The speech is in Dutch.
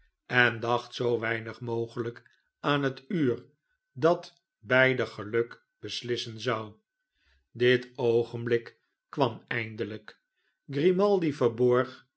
en dacht zoo weinig mogelijk aan het uur dat beider geluk beslissen zou dit oogenblik kwam eindelijk